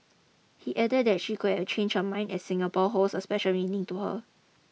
he added that she could have changed her mind as Singapore holds a special meaning to her